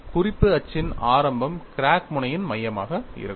குறிப்பு அச்சின் ஆரம்பம் கிராக் முனையின் மையமாக இருக்கும்